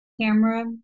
camera